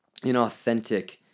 inauthentic